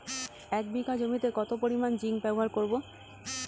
এক বিঘা জমিতে কত পরিমান জিংক ব্যবহার করব?